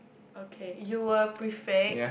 okay you were prefect